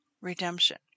Redemption